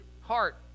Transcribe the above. heart